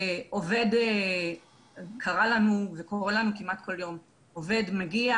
זה קרה לנו וזה קורה לנו כמעט כל יום עובד מגיע,